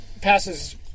passes